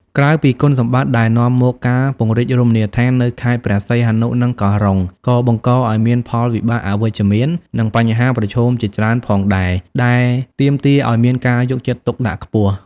ក្រៅពីគុណសម្បត្តិដែលនាំមក ការពង្រីករមណីយដ្ឋាននៅខេត្តព្រះសីហនុ និងកោះរ៉ុង ក៏បង្កឲ្យមានផលវិបាកអវិជ្ជមាន និងបញ្ហាប្រឈមជាច្រើនផងដែរ ដែលទាមទារឲ្យមានការយកចិត្តទុកដាក់ខ្ពស់។